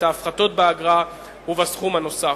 את ההפחתות באגרה ובסכום הנוסף.